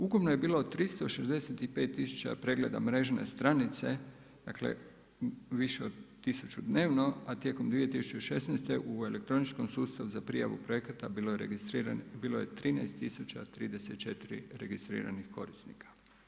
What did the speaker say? Ukupno je bilo 365 tisuća pregleda mrežne stranice, dakle više od 1000 dnevno, a tijekom 2016. u elektroničkom sustavu za prijavu projekata bilo je 13034 registriranih korisnika.